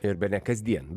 ir bene kasdien